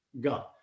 God